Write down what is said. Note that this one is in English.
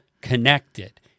connected